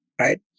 right